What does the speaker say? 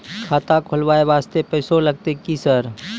खाता खोलबाय वास्ते पैसो लगते की सर?